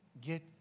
get